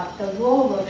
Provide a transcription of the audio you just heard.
the role of